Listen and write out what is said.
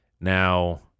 now